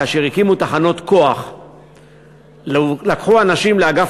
כאשר הקימו תחנות כוח לקחו אנשים לאגף